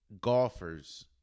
golfers